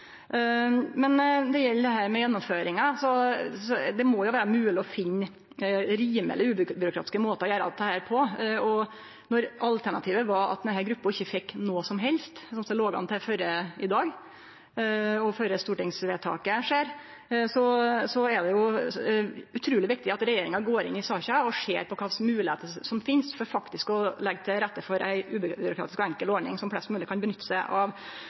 det gjeld gjennomføringa, må det vere mogleg å finne rimeleg ubyråkratiske måtar å gjere dette på. Når alternativet var at denne gruppa ikkje fekk noko som helst, som det låg an til fram til i dag og før stortingsvedtaket, er det utruleg viktig at regjeringa går inn i saka og ser på kva slags moglegheiter som finst for faktisk å leggje til rette for ei ubyråkratisk og enkel ordning som flest mogleg kan nytte seg av.